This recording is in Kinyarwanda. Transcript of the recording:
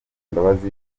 imbabazi